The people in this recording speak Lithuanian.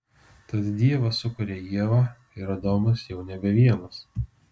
tad dievas sukuria ievą ir adomas jau nebe vienas